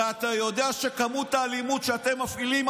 הרי אתה יודע שכמות האלימות שאתם מפעילים,